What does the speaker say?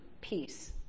peace